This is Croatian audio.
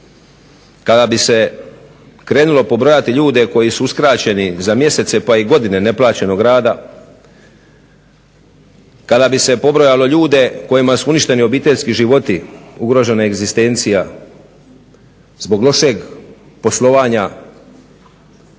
kada bi se krenulo pobrojati ljude koji su uskraćeni za mjesece pa i godine neplaćenog rada, kada bi se pobrojalo ljude kojima su uništeni obiteljski životi, ugrožena egzistencija zbog lošeg poslovanja